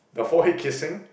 the forehead kissing